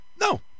No